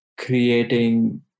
creating